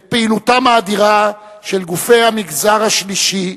את פעילותם האדירה של גופי המגזר השלישי,